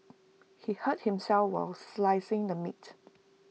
he hurt himself while slicing the meat